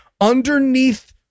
underneath